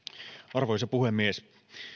arvoisa puhemies